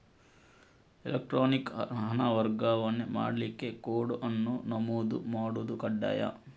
electronic ಹಣ ವರ್ಗಾವಣೆ ಮಾಡ್ಲಿಕ್ಕೆ ಕೋಡ್ ಅನ್ನು ನಮೂದು ಮಾಡುದು ಕಡ್ಡಾಯ